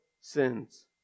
sins